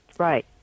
Right